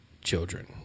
children